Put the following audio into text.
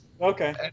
Okay